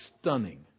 stunning